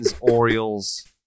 Orioles